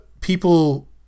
people